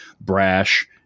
brash